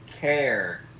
care